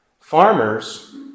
Farmers